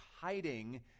hiding